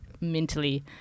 mentally